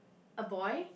a boy